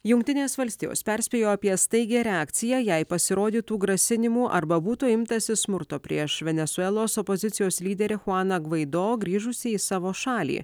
jungtinės valstijos perspėjo apie staigią reakciją jei pasirodytų grasinimų arba būtų imtasi smurto prieš venesuelos opozicijos lyderį chuaną gvaido grįžusį į savo šalį